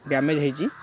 damage ହୋଇଛି